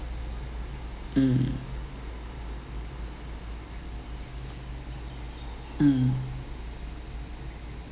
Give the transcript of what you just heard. mm mm